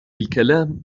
الكلام